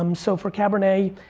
um so for cabernet,